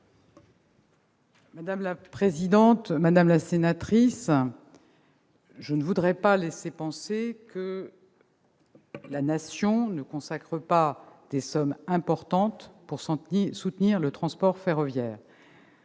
Mme la ministre. Madame la sénatrice, je ne veux pas laisser penser que la nation ne consacrerait pas des sommes importantes au soutien au transport ferroviaire.